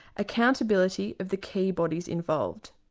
accountability of the key bodies involved,